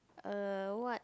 uh what